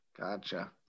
Gotcha